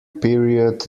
period